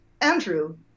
Andrew